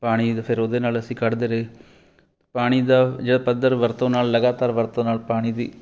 ਪਾਣੀ ਫਿਰ ਉਹਦੇ ਨਾਲ ਅਸੀਂ ਕੱਢਦੇ ਰਹੇ ਪਾਣੀ ਦਾ ਜਿਹੜਾ ਪੱਧਰ ਵਰਤੋਂ ਨਾਲ ਲਗਾਤਾਰ ਵਰਤੋਂ ਨਾਲ ਪਾਣੀ ਦੀ